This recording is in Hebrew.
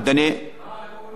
מה הועילו